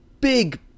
big